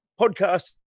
podcast